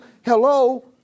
hello